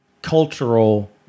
Cultural